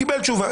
קיבל תשובה,